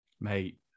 Mate